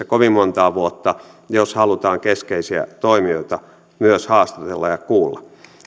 kovin montaa vuotta jos halutaan keskeisiä toimijoita myös haastatella ja kuulla